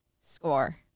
score